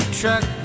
truck